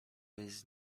jest